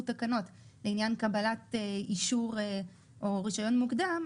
תקנות לעניין קבלת אישור או רישיון מוקדם,